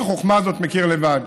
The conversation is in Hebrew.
את החוכמה הזאת מכיר לבד,